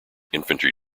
infantry